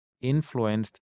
influenced